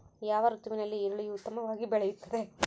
ಯಾವ ಋತುವಿನಲ್ಲಿ ಈರುಳ್ಳಿಯು ಉತ್ತಮವಾಗಿ ಬೆಳೆಯುತ್ತದೆ?